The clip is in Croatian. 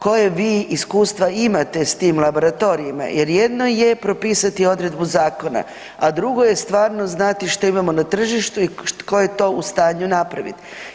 Koja vi iskustva imate s tim laboratorijima jer jedno je propisati odredbu zakona a drugo je stvarno znati što imamo na tržištu i ko je to u stanju napraviti.